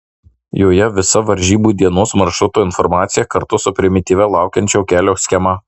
joje visa varžybų dienos maršruto informacija kartu su primityvia laukiančio kelio schema